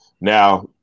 Now